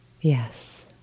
yes